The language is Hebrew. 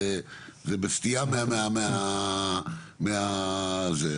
זה בסטייה מזה,